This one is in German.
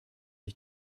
ich